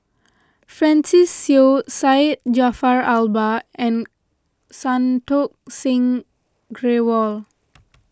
Francis Seow Syed Jaafar Albar and Santokh Singh Grewal